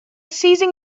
seizing